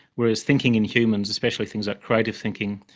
whereas thinking in humans, especially things like creative thinking,